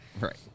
Right